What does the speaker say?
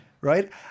right